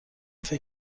فکر